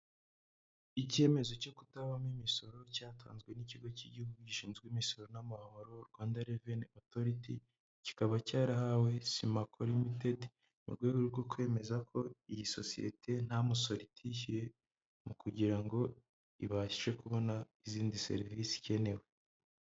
Icyemezo cyo kutabamo imisoro cyatanzwe n'ikigo cy'igihugu gishinzwe imisoro n'amahoro Rwanda reveni otoriti, kikaba cyarahawe Simako rimitedi mu rwego rwo kwemeza ko iyi sosiyete nta musoro itishyuye mu kugira ngo ibashe kubona izindi serivisi zikenewe.